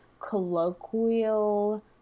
colloquial